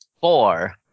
four